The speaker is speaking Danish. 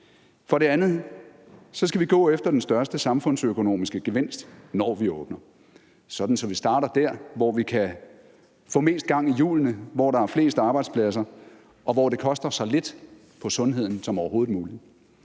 For det andet skal vi gå efter den største samfundsøkonomiske gevinst, når vi åbner, sådan at vi starter der, hvor vi kan få mest gang i hjulene, hvor der er flest arbejdspladser, og hvor det koster så lidt på sundheden som overhovedet muligt.